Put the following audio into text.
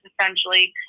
essentially